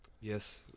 Yes